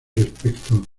respecto